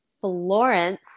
Florence